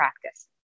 practice